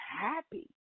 happy